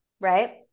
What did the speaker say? right